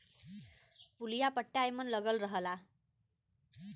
पुलिया पट्टा एमन लगल रहला